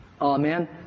Amen